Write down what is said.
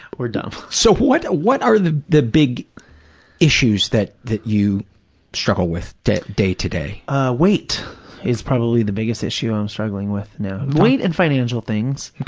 we're dumb. so, what what are the the big issues that that you struggle with day to day? ah weight is probably the biggest issue i'm struggling with now, weight and financial things.